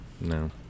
No